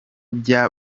bya